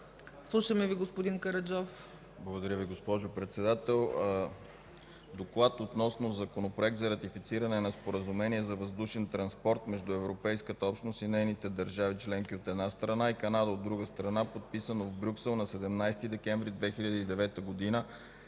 ДОКЛАДЧИК ГРОЗДАН КАРАДЖОВ: Благодаря Ви, госпожо Председател. „ДОКЛАД относно Законопроект за ратифициране на Споразумение за въздушен транспорт между Европейската общност и нейните държави членки, от една страна, и Канада, от друга страна, подписано в Брюксел на 17 декември 2009 г.,